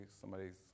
Somebody's